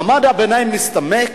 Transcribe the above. מעמד הביניים מצטמק